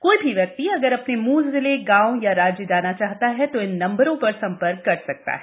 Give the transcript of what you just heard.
कोई भी व्यक्ति अगर अपने मूल जिले गांव या राज्य जाना चाहता है तो इन नंबरों पर संपर्क कर सकता है